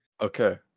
okay